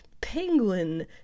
Penguin